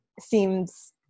seems